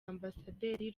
ambasaderi